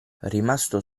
rimasto